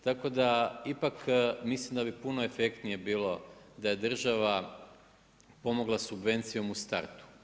Tako da ipak mislim da bi puno efektnije bilo da je država pomogla subvencijom u startu.